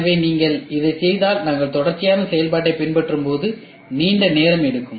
எனவே நீங்கள் இதைச் செய்தால் நாங்கள் தொடர்ச்சியான செயல்பாட்டைப் பின்பற்றும்போது நீண்ட நேரம் எடுக்கும்